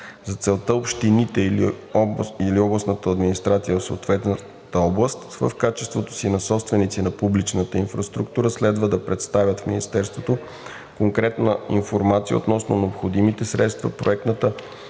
За целта общините или областната администрация в съответната област в качеството си на собственици на публичната инфраструктура следва да представят в Министерството конкретна информация относно необходимите средства, проектната